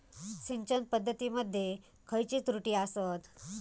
सिंचन पद्धती मध्ये खयचे त्रुटी आसत?